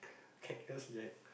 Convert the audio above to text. Katnus be like